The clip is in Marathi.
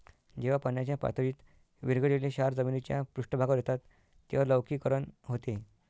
जेव्हा पाण्याच्या पातळीत विरघळलेले क्षार जमिनीच्या पृष्ठभागावर येतात तेव्हा लवणीकरण होते